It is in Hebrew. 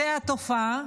זו התופעה.